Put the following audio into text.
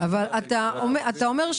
אתה אומר,